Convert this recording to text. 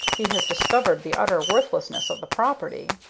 he has discovered the utter worthlessness of the property?